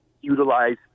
utilize